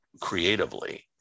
creatively